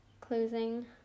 closing